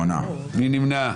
מי נמנע?